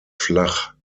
flach